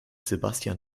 sebastian